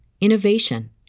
innovation